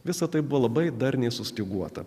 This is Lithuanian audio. visa tai buvo labai darniai sustyguota